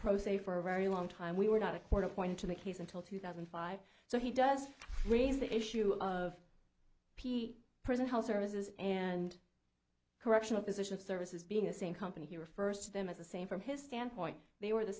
prostate for a very long time we were not a court appointed to the case until two thousand and five so he does raise the issue of prison health services and correctional position of services being the same company he refers to them as the same from his standpoint they were the